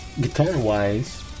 Guitar-wise